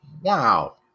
Wow